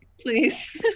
please